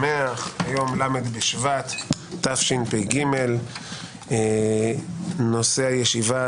היום ל' בשבט תשפ"ג אני מתכבד לפתוח את ישיבת ועדת החוקה,